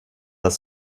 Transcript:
das